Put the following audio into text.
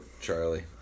Charlie